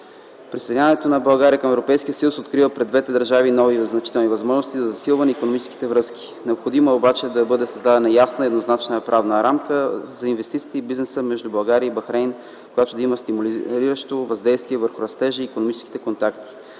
Присъединяването на България към Европейския съюз открива пред двете държави нови и значителни възможности за засилване на икономическите връзки. Необходимо е обаче да бъде създадена ясна и еднозначна правна рамка за инвестициите и бизнеса между България и Бахрейн, която да има стимулиращо въздействие върху растежа и икономически контакти.